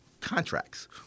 contracts